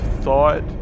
thought